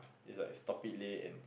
is like stop it leh and